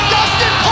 Dustin